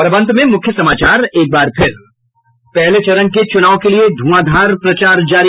और अब अंत में मुख्य समाचार एक बार फिर पहले चरण के चुनाव के लिए धुंआधार प्रचार जारी